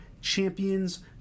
Champions